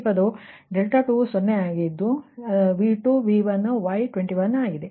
ಇಲ್ಲಿ ಈ ಪದ 2ವು 0 ಆಗಿರುತ್ತದೆ ಆದರೆ ಇಲ್ಲಿ 2 ಸಹ ತೆಗೆದುಕೊಂಡರೆ ಅದು V2 V1 Y21ಆಗಿದೆ